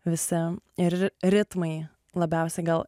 visi ir ritmai labiausiai gal